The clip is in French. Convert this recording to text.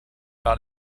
par